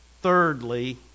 thirdly